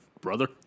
Brother